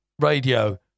radio